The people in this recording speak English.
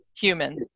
human